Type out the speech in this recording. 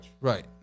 Right